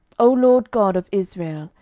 o lord god of israel,